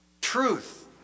truth